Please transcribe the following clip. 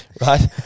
Right